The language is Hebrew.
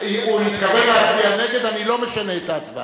הוא התכוון להצביע נגד, אני לא משנה את ההצבעה.